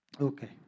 okay